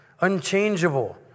unchangeable